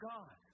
God